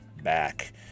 back